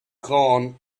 gone